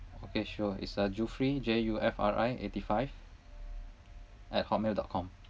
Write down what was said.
okay sure it's uh jufri J U F R I eighty five at hotmail dot com